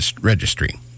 Registry